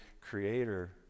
creator